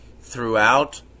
throughout